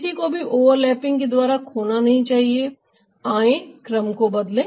किसी को भी ओवरलैपिंग के द्वारा खोना नहीं चाहिए आएं क्रम को बदलें